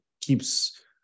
keeps